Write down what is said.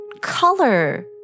color